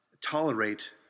tolerate